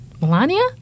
Melania